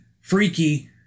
freaky